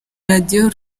radiyo